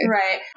right